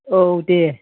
औ दे